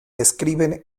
describen